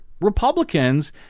Republicans